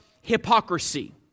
hypocrisy